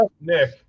Nick